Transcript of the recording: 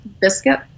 biscuit